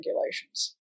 regulations